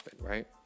right